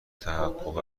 تحقق